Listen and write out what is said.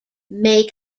may